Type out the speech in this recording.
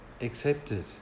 accepted